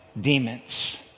demons